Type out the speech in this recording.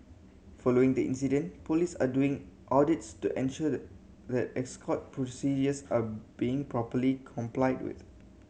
following the incident police are doing audits to ensure the that escort procedures are being properly complied with